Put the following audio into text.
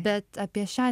bet apie šią